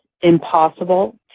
impossible